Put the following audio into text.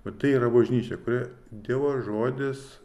va tai yra bažnyčia kuri dievo žodis